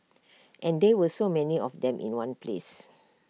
and there were so many of them in one place